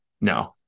No